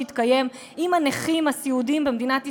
שהתקיים עם הנכים הסיעודיים במדינת ישראל,